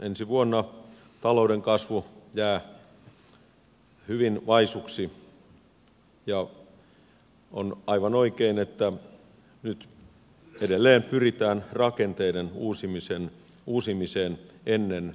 ensi vuonna talouden kasvu jää hyvin vaisuksi ja on aivan oikein että nyt edelleen pyritään rakenteiden uusimiseen ennen elvytystoimia